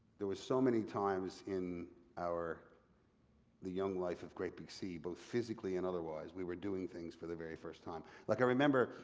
there were so many times in the young life of great big sea, both physically and otherwise, we were doing things for the very first time. like i remember,